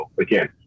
Again